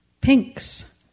pinks